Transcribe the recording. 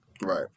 Right